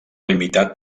limitat